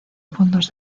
fondos